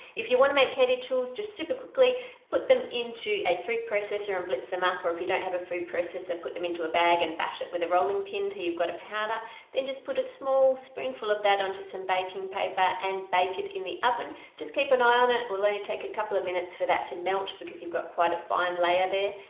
if you want to make candy tuiles just super quickly put them into a food processor and blitz them up or if you don't have a food processor put them into a bag and bash it with a rolling pin until you've got a powder. then just put a small spoonful of that onto some baking paper and bake it in the oven just keep an eye on it we're gonna take a couple of minutes for that to melt because you've got quite a fine layer there.